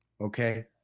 Okay